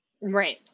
Right